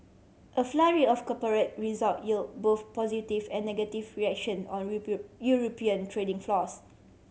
a flurry of corporate result yield both positive and negative reaction on European trading floors